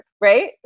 right